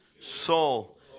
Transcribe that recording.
soul